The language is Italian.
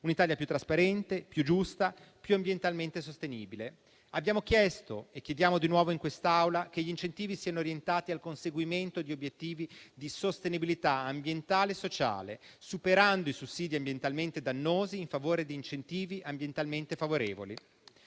un'Italia più trasparente, più giusta, più ambientalmente sostenibile. Abbiamo chiesto e chiediamo di nuovo in quest'Aula che gli incentivi siano orientati al conseguimento di obiettivi di sostenibilità ambientale e sociale, superando i sussidi ambientalmente dannosi in favore di incentivi ambientalmente favorevoli.